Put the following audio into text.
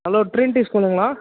hello Trinity ஸ்கூலுங்களா